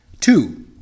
Two